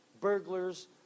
burglars